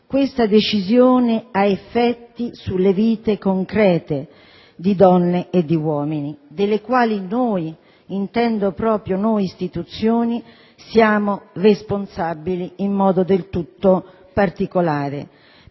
essa ha effetti sulle vite concrete di donne e uomini, di cui noi - intendo proprio noi istituzioni - siamo responsabili in modo del tutto particolare,